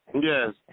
Yes